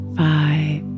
five